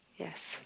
yes